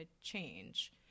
change